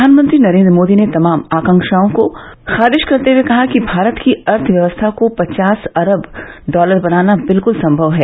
प्रधानमंत्री नरेन्द्र मोदी ने तमाम आशंकाओं को खारिज करते हुए कहा है कि भारत की अर्थव्यवस्था को पचास अरब डॉलर का बनाना बिल्कुल संभव है